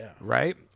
right